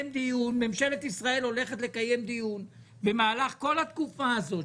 ממשלת ישראל הולכת לקיים דיון במהלך כל התקופה הזאת,